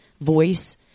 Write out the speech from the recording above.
voice